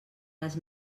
les